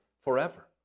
forever